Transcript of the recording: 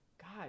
God